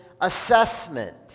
assessment